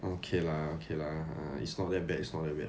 okay lah okay lah it's not that bad it's not that bad